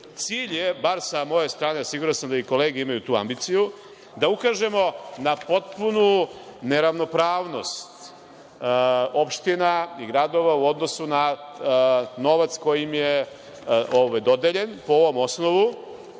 Cilj je, bar sa moje strane, siguran sam da i kolege imaju tu ambiciju, da ukažemo na potpunu neravnopravnost opština i gradova u odnosu na novac koji im je dodeljen po ovom osnovu.